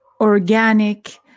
organic